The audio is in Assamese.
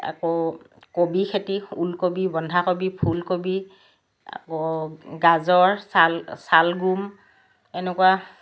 আকৌ কবি খেতি ওলকবি বন্ধাকবি খেতি ফুলকবি আকৌ গাজৰ চাল চালগোম এনেকুৱা